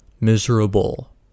miserable